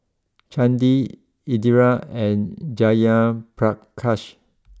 Chandi Indira and Jayaprakash